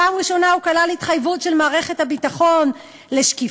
פעם ראשונה הוא כלל התחייבות של מערכת הביטחון לשקיפות,